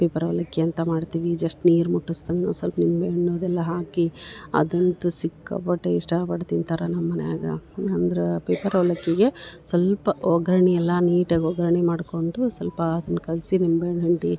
paper ಅವಲಕ್ಕಿ ಅಂತ ಮಾಡ್ತೀವಿ ಜಸ್ಟ್ ನೀರು ಮುಟ್ಟಿಸ್ದಂಗ ಸಲ್ಪ ನಿಂಬೆ ಹಣ್ಣು ಅದೆಲ್ಲ ಹಾಕಿ ಅದಂತು ಸಿಕ್ಕಾಪಟ್ಟೆ ಇಷ್ಟಾಪಟ್ಟು ತಿಂತಾರೆ ನಮ್ಮ ಮನೆಯಾಗೆ ಅಂದ್ರಾ ಪೇಪರ್ ಅವ್ಲಕ್ಕಿಗೆ ಸ್ವಲ್ಪ ಒಗ್ಗರಣಿ ಎಲ್ಲಾ ನೀಟಗೆ ಒಗ್ಗರಣಿ ಮಾಡ್ಕೊಂಡು ಸ್ವಲ್ಪ ಅದನ್ನ ಕಲಿಸಿ ನಿಂಬೆ ಹಣ್ಣು ಹಿಂಡಿ